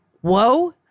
whoa